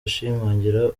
ashimangira